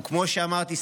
וכמו שאמרתי,